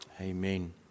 amen